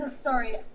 Sorry